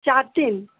চার দিন